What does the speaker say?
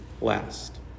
last